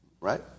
right